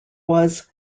was